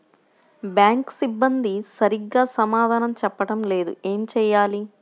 Bank సిబ్బంది సరిగ్గా సమాధానం చెప్పటం లేదు ఏం చెయ్యాలి?